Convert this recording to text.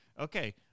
Okay